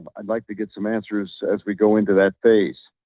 but i'd like to get some answers as we go into that phase.